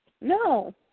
No